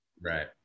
Right